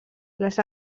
les